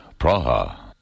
Praha